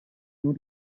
non